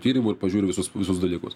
tyrimų ir pažiūriu visus visus dalykus